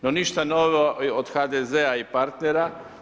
No ništa novo od HDZ-a i partnera.